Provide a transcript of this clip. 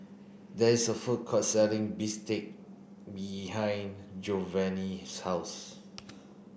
there is a food court selling bistake behind Jovani's house